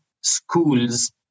schools